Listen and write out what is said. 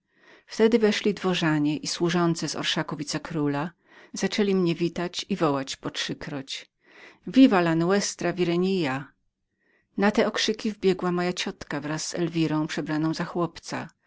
wtedy weszli dworzanie i służący z orszaku wicekróla zaczęli mnie witać i wołać po trzykroć viva la nuestra vi regna na te okrzyki wbiegła moja własna ciotka wraz z elwirą przebraną za chłopca